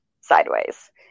sideways